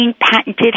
patented